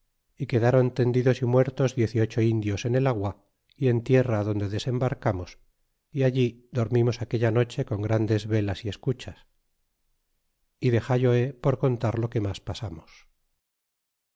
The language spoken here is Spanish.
y quedron tendidos y muertos diez y ocho indios en el agua y en tierra donde desembarcamos y allí dormimos aquella noche con grandes velas y escuchas y dexallo he por contar lo que mas pasamos